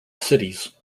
cities